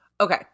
Okay